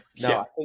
No